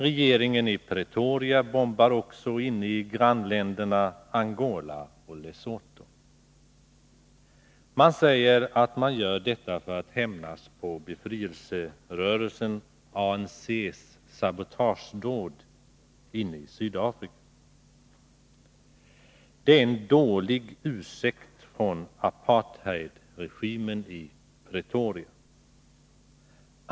Regeringen i Pretoria bombar också inne i grannländerna Angola och Lesotho. Man säger att man gör detta för att hämnas på befrielserörelsen ANC:s sabotagedåd inne i Sydafrika. Det är en dålig ursäkt från apartheidregimen i Pretoria.